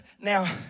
Now